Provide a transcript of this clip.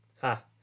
Ha